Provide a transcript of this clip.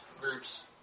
groups